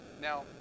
Now